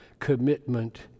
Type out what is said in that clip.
commitment